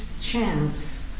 chance